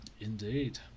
Indeed